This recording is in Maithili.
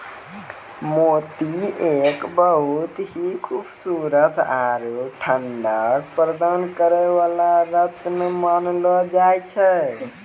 मोती एक बहुत हीं खूबसूरत आरो ठंडक प्रदान करै वाला रत्न मानलो जाय छै